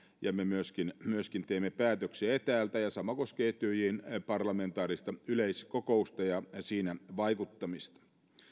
ja me myöskin myöskin teemme päätöksiä etäältä sama koskee etyjin parlamentaarista yleiskokousta ja siinä vaikuttamista